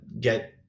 get